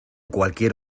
cualquier